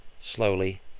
slowly